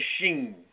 machine